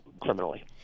criminally